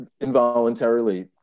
involuntarily